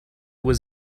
was